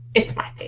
it's my